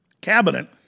cabinet